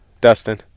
Dustin